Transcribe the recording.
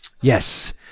Yes